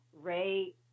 Ray